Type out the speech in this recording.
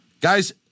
Guys